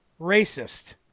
racist